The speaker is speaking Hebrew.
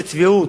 זאת צביעות.